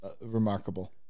remarkable